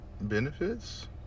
Benefits